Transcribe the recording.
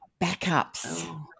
backups